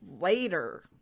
later